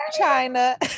China